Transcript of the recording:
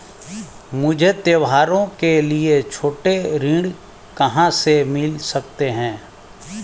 मुझे त्योहारों के लिए छोटे ऋण कहां से मिल सकते हैं?